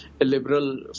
liberal